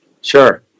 Sure